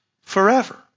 forever